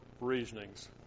reasonings